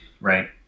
right